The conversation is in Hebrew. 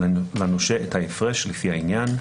לנושה את ההפרש, לפי העניין.